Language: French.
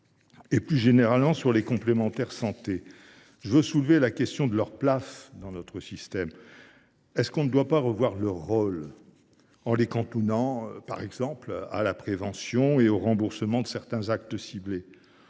et plus généralement les complémentaires santé, je veux soulever la question de leur place dans notre système. Ne doit on pas revoir leur rôle en les cantonnant, par exemple, à la prévention et au remboursement de certains actes ciblés ?